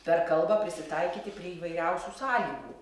per kalbą prisitaikyti prie įvairiausių sąlygų